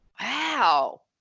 Wow